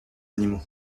animaux